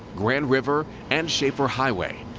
grand river, and schaefer highway.